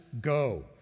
go